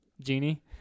genie